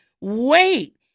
wait